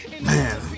man